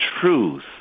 truth